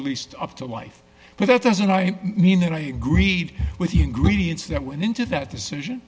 released after wife but that doesn't mean that i agreed with the ingredients that went into that decision